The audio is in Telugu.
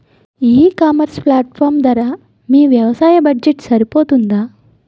ఈ ఇకామర్స్ ప్లాట్ఫారమ్ ధర మీ వ్యవసాయ బడ్జెట్ సరిపోతుందా?